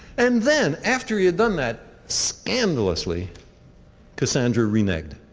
and then, after he had done that, scandalously cassandra reneged.